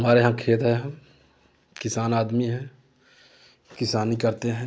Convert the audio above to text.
हमारे यहाँ खेत है हम किसान आदमी हैं किसानी करते हैं